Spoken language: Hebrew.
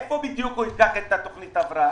מאיפה בדיוק הוא ייקח את תוכנית ההבראה?